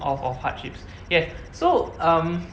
of of hardships yes so um